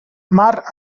mar